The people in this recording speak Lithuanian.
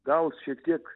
gal šiek tiek